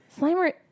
slimer